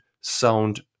sound